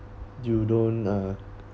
you don't uh